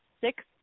six